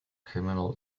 criminal